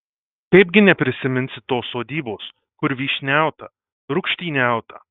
kaipgi neprisiminsi tos sodybos kur vyšniauta rūgštyniauta